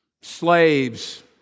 slaves